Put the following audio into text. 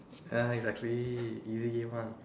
ya exactly easy game one